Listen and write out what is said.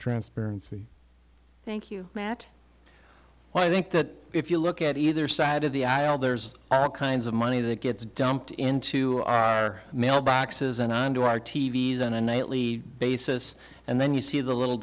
transparency thank you matt well i think that if you look at either side of the aisle there's all kinds of money that gets dumped into our mailboxes and onto our t v s on a nightly basis and then you see the little